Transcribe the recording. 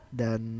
dan